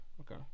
okay